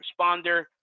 responder